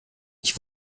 ich